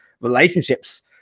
relationships